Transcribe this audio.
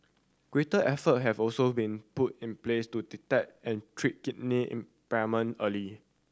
greater effort have also been put in place to detect and treat kidney impairment early